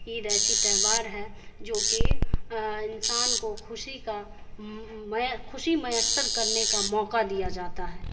عید ایسی تہوار ہے جوکہ انسان کو خوشی کا خوشی میسر کرنے کا موقع دیا جاتا ہے